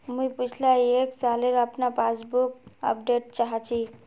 मुई पिछला एक सालेर अपना पासबुक अपडेट चाहची?